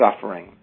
suffering